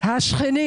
השכנים